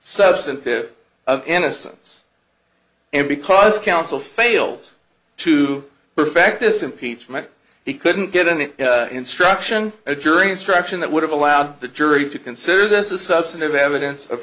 substantive innocence and because counsel failed to perfect this impeachment he couldn't get an instruction a jury instruction that would have allowed the jury to consider this a substantive evidence of